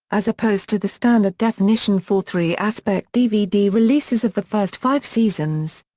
as opposed to the standard definition four three aspect dvd releases of the first five seasons.